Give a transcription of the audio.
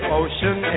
ocean